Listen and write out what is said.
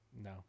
No